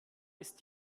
ist